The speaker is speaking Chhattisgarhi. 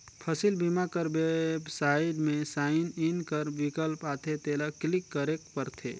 फसिल बीमा कर बेबसाइट में साइन इन कर बिकल्प आथे तेला क्लिक करेक परथे